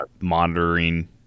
monitoring